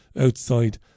outside